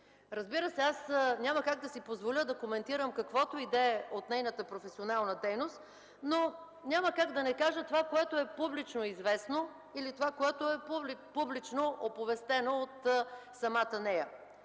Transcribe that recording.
Разбира се, аз няма как да си позволя да коментирам каквото и да е от нейната професионална дейност, но няма как да не кажа това, което е публично известно или това, което е публично оповестено от самата нея,